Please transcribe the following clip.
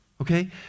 Okay